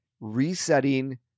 resetting